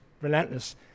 relentless